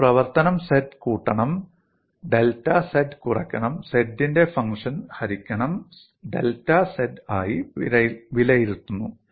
നിങ്ങൾ പ്രവർത്തനം z കൂട്ടണം ഡെൽറ്റ z കുറക്കണം z ന്റെ ഫങ്ഷൻ ഹരിക്കണം ഡെൽറ്റ z ആയി വിലയിരുത്തുന്നു